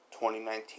2019